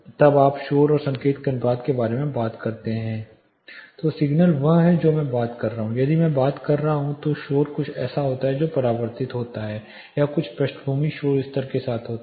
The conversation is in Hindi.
तब आप शोर और संकेत के अनुपात के बारे में बात करते हैं तो सिग्नल वह है जो मैं बात कर रहा हूं यदि मैं बात कर रहा हूं तो शोर कुछ ऐसा है जो परावर्तित होता है या और पृष्ठभूमि शोर स्तर के साथ होता है